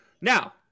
Now